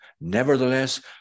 nevertheless